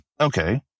okay